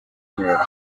here